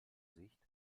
sicht